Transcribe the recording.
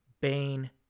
bane